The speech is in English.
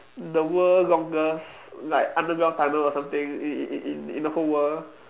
the world longest like underground tunnel or something in in in in the whole world